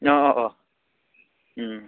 अ अ अ